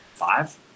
five